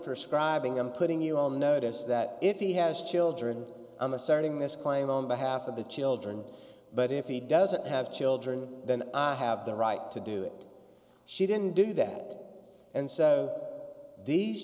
for scribing i'm putting you on notice that if he has children on the starting this claim on behalf of the children but if he doesn't have children then i have the right to do it she didn't do that and so these